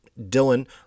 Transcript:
Dylan